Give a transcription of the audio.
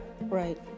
Right